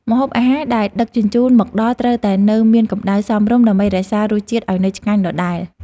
ម្ហូបអាហារដែលដឹកជញ្ជូនមកដល់ត្រូវតែនៅមានកម្តៅសមរម្យដើម្បីរក្សារសជាតិឱ្យនៅឆ្ងាញ់ដដែល។